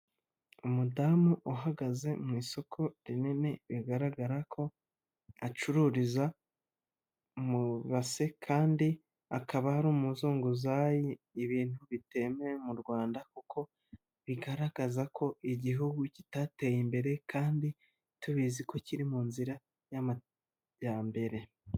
Umudamu uhagaze mu isoko rinini bigaragara ko acururiza mu ibase kandi akaba ari umuzunguzayi ibintu bitemewe mu Rwanda kuko bigaragaza ko Igihugu kitateye imbere kandi tubizi ko kiri mu nzira y'amajyambere.